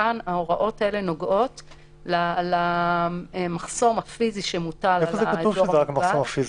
כאן ההוראות האלה נוגעות למחסום הפיזי שמוטל על האזור המוגבל.